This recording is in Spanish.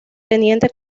teniente